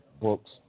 books